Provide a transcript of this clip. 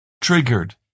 triggered